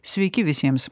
sveiki visiems